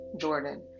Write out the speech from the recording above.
Jordan